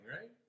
right